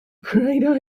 great